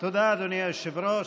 תודה, אדוני היושב-ראש.